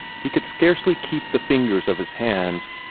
he could scarcely keep the fingers of his hands,